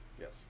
Yes